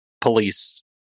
police